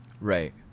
Right